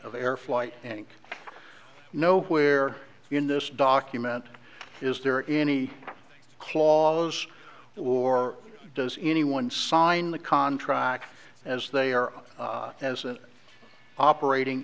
of air flight and nowhere in this document is there any clause or does anyone sign the contract as they are as an operating